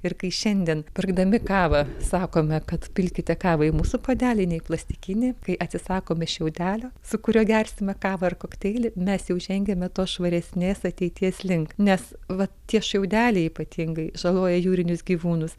ir kai šiandien pirkdami kavą sakome kad pilkite kavą į mūsų puodelį ne į plastikinį kai atsisakome šiaudelio su kuriuo gersime kavą ar kokteilį mes jau žengiame tos švaresnės ateities link nes va tie šiaudeliai ypatingai žaloja jūrinius gyvūnus